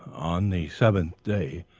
on the seventh day,